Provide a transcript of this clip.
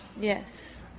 Yes